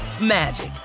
magic